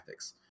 graphics